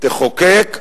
תחוקק,